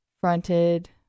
fronted